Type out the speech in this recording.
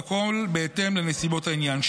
והכול בהתאם לנסיבות העניין.